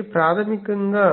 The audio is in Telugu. కాబట్టి ప్రాథమికంగా